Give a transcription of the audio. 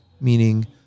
meaning